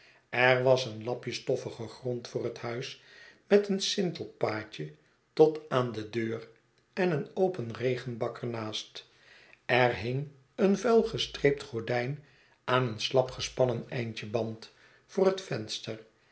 er was een lapje stoffige grond voor het huis met een sintelpaadje tot aan de deur en een open regenbak er naast er hing een vuil gestreept gordijn aan een slap gespannen eindje band voor het verister